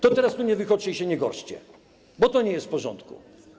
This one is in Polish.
Teraz tu nie wychodźcie i się nie gorszcie, bo to nie jest w porządku.